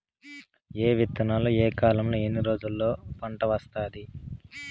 ఏ విత్తనాలు ఏ కాలంలో ఎన్ని రోజుల్లో పంట వస్తాది?